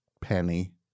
Penny